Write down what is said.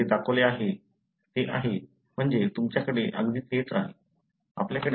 इथे जे दाखवले आहे ते आहे म्हणजे तुमच्याकडे अगदी तेच आहे